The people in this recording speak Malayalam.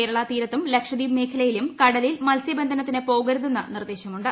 കേരള തീരത്തും ലക്ഷദ്വീപ് മേഖലയിലും കട്ല്പിൽ മത്സ്യബന്ധനത്തിന് പോകരുതെന്ന് നിർദ്ദേശമുണ്ട്